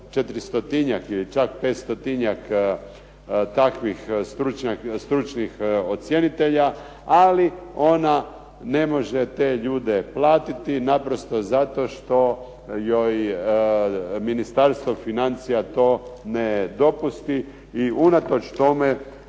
nekih 400-njak ili čak 500 takvih stručnih ocjenitelja, ali ona ne može te ljude platiti naprosto zato što joj Ministarstvo financija to ne dopusti i unatoč tome